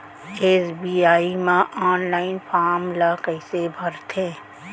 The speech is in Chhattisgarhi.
एस.बी.आई म ऑनलाइन फॉर्म ल कइसे भरथे?